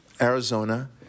Arizona